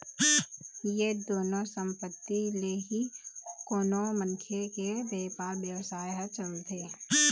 ये दुनो संपत्ति ले ही कोनो मनखे के बेपार बेवसाय ह चलथे